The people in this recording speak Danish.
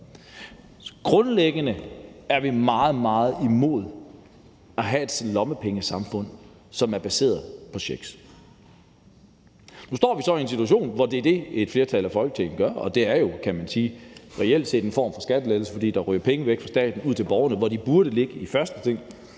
Grundlæggende er vi meget, meget imod at have et lommepengesamfund, som er baseret på checks. Nu står vi så i en situation, hvor det er det, et flertal i Folketinget gør, og det er jo, kan man sige, reelt set en form for skattelettelse, fordi der ryger penge væk fra staten og ud til borgerne, hvor de burde ligge i første omgang.